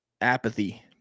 apathy